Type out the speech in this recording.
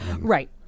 Right